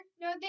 no